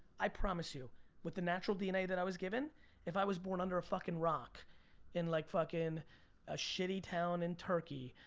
i promise you with the natural dna that i was given if i was born under a fucking rock in like fucking a shitty town in turkey,